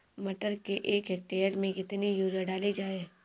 मटर के एक हेक्टेयर में कितनी यूरिया डाली जाए?